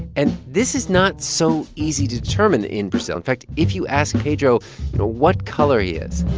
and this is not so easy to determine in brazil. in fact, if you ask pedro what color he is.